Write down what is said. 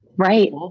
Right